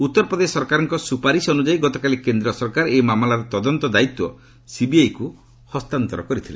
ଉତ୍ତର ପ୍ରଦେଶ ସରକାରଙ୍କ ସୁପାରିସ୍ ଅନୁଯାୟୀ ଗତକାଲି କେନ୍ଦ୍ର ସରକାର ଏହି ମାମଲାର ତଦନ୍ତ ଦାୟିତ୍ୱ ସିବିଆଇକୁ ହସ୍ତାନ୍ତର କରିଛନ୍ତି